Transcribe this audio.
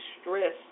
stress